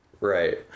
Right